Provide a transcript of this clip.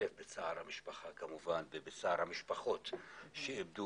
משתתף בצער המשפחה כמובן ובצער המשפחות שאיבדו